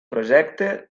projecte